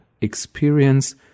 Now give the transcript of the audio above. experience